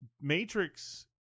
Matrix